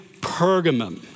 Pergamum